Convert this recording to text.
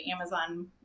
Amazon